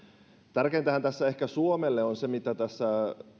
tärkeintähän tässä ehkä suomelle on se mitä tässä